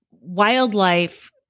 wildlife